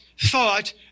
thought